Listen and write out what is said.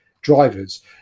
drivers